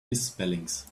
misspellings